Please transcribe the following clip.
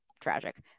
tragic